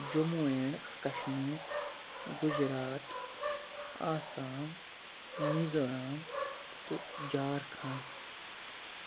Jammu and Kashmir Gujarat Assam Mizoram تہٕ جھارکھنڈ